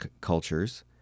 cultures